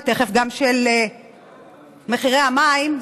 ותכף גם של מחירי המים,